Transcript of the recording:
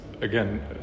again